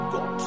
God